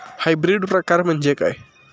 Hybrid प्रकार म्हणजे काय?